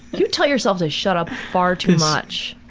you tell yourself to shut up far too much!